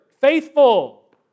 Faithful